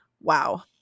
wow